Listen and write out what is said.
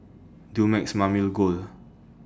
Dumex Mamil Gold